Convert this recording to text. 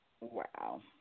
Wow